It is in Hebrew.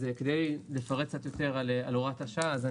אז כדי לפרט קצת יותר על הוראת השעה אני